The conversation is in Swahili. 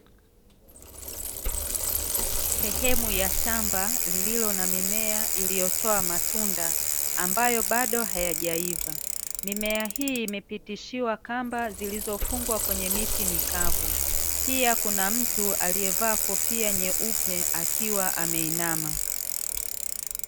Sehemu ya shamba lililo na mimea iliyotoa matunda ambayo bado hayajaiva, mimea hii imepitishwa kamba zilizofungwa kwenye miti mikavu, pia kuna mtu aliyevaa kofia nyeupe akiwa ameinama.